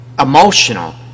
emotional